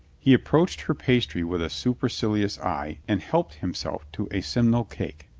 he approached her pastry with a supercilious eye and helped him self to a simnel cake.